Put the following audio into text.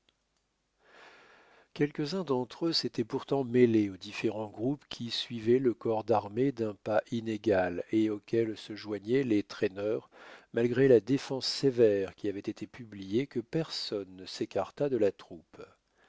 quelques-uns d'entre eux s'étaient pourtant mêlés aux différents groupes qui suivaient le corps d'armée d'un pas inégal et auquel se joignaient les traîneurs malgré la défense sévère qui avait été publiée que personne ne s'écartât de la troupe